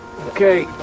Okay